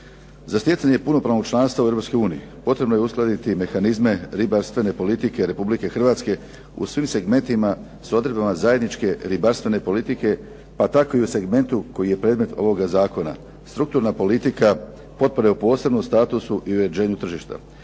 Za stjecanje punopravnog članstava u Europskoj uniji potrebno je uskladiti mehanizme ribarstvene politike Republike Hrvatske u svim segmentima s odredbama zajedničke ribarstvene politike, pa tako i u segmentu koji je predmet ovoga zakona. Struktura politika, potpore u posebnom statusu i uređenju tržišta,